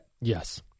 Yes